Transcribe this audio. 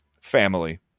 Family